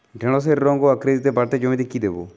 ঢেঁড়সের রং ও আকৃতিতে বাড়াতে জমিতে কি দেবো?